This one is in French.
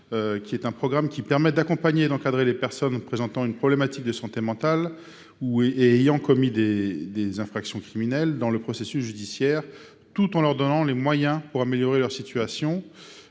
vingt ans. Il permet d'accompagner et d'encadrer les personnes présentant un problème de santé mentale et ayant commis des infractions criminelles dans le processus judiciaire, tout en leur offrant les moyens d'améliorer leur situation.